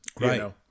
Right